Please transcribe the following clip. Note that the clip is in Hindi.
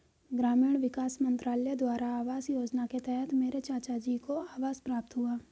ग्रामीण विकास मंत्रालय द्वारा आवास योजना के तहत मेरे चाचाजी को आवास प्राप्त हुआ